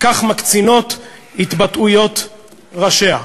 כך מקצינות ההתבטאויות של ראשיה.